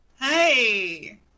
Hey